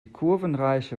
kurvenreiche